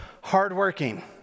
hardworking